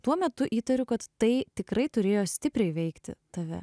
tuo metu įtariu kad tai tikrai turėjo stipriai veikti tave